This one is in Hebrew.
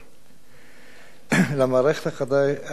למערכת החדשה ישנן שתי מטרות: